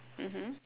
mmhmm